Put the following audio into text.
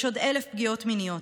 / יש עוד אלף פגיעות מיניות,